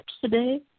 today